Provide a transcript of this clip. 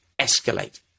escalate